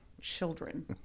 children